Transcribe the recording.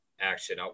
action